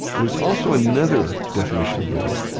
there's also another definition of noise,